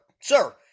sir